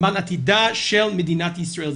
למען עתידה של מדינת ישראל.